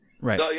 Right